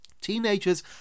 Teenagers